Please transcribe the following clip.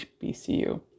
HBCU